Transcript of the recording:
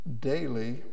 Daily